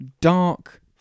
dark